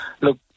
look